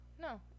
No